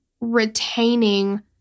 retaining